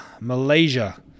Malaysia